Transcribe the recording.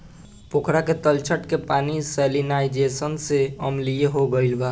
पोखरा के तलछट के पानी सैलिनाइज़ेशन से अम्लीय हो गईल बा